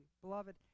beloved